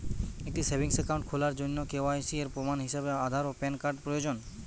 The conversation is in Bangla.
একটি সেভিংস অ্যাকাউন্ট খোলার জন্য কে.ওয়াই.সি এর প্রমাণ হিসাবে আধার ও প্যান কার্ড প্রয়োজন